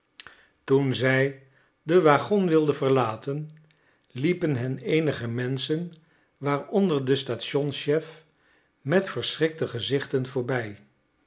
toen zij den waggon wilde verlaten liepen hen eenige menschen waaronder de stationschef met verschrikte gezichten voorbij